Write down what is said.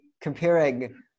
comparing